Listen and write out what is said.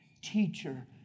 teacher